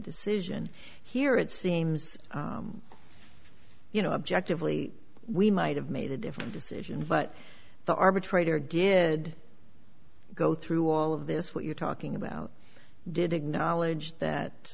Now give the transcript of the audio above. decision here it seems you know objectively we might have made a different decision but the arbitrator did go through all of this what you're talking about did acknowledge